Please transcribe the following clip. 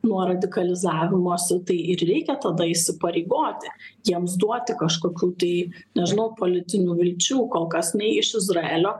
nuo radikalizavimosi tai ir reikia tada įsipareigoti jiems duoti kažkokių tai nežinau politinių vilčių kol kas nei iš izraelio